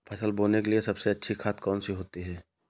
फसल बोने के लिए सबसे अच्छी खाद कौन सी होती है?